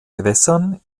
gewässern